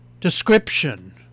description